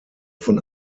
von